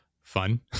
Fun